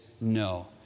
no